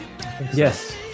yes